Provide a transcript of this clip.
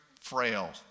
frail